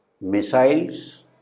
missiles